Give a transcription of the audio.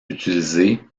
utilisée